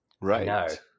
Right